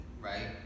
right